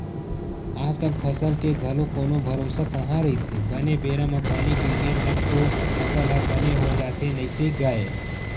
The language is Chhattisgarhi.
आजकल फसल के घलो कोनो भरोसा कहाँ रहिथे बने बेरा म पानी गिरगे तब तो फसल ह बने हो जाथे नइते गय